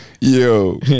Yo